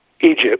Egypt